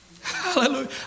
Hallelujah